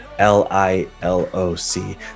L-I-L-O-C